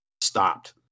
stopped